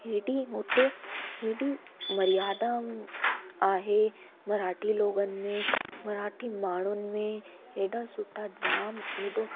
हेॾी हुते हेॾी मर्यादा आहे मराठी लोगन में मराठी माण्हुनि में हेॾा सुठा जाम हेॾो